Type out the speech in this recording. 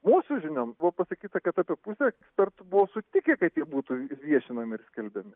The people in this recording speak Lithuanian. mūsų žiniom buvo pasakyta kad apie pusę ekspertų buvo sutikę kad būtų viešinami ir skelbiami